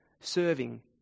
Serving